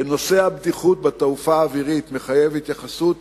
נושא הבטיחות בתעופה האווירית מחייב התייחסות